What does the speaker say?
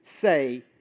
say